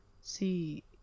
see